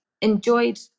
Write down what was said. enjoyed